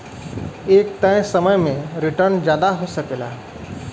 एक तय समय में रीटर्न जादा हो सकला